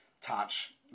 Touch